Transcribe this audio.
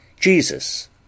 Jesus